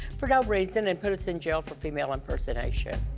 for no reason, and put us in jail for female impersonation.